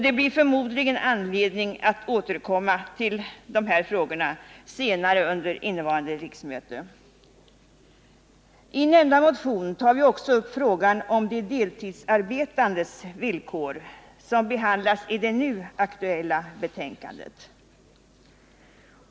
Det blir förmodligen anledning att återkomma till dessa frågor senare under innevarande riksmöte. I nämnda motion tar vi också upp frågan om de deltidsarbetandes villkor, som behandlas i det nu aktuella betänkandet.